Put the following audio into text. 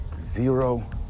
Zero